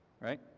Right